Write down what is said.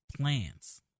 plans